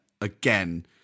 again